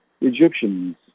Egyptians